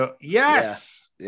Yes